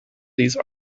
these